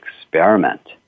experiment